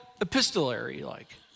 epistolary-like